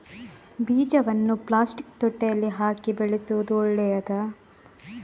ಬೀಜವನ್ನು ಪ್ಲಾಸ್ಟಿಕ್ ತೊಟ್ಟೆಯಲ್ಲಿ ಹಾಕಿ ಬೆಳೆಸುವುದು ಒಳ್ಳೆಯದಾ?